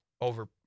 over